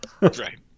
Right